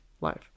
life